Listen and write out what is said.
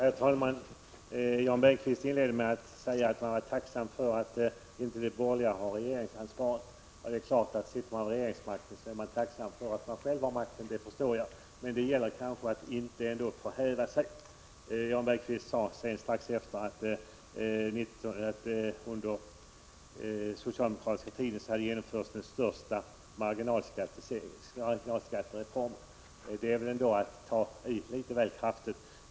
Herr talman! Jan Bergqvist inledde med att säga att han var tacksam för att inte de borgerliga har regeringsansvaret. Om man sitter vid regeringsmakten är det klart att man är tacksam för att man själv har makten — det förstår jag. Men det gäller kanske ändå att inte förhäva sig. Jan Bergqvist sade strax efter detta att det var under den socialdemokratiska tiden som den största marginalskattereformen hade genomförts. Det är nog att ta i litet väl kraftigt.